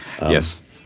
Yes